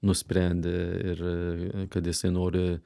nusprendė ir kad jisai nori